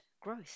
Growth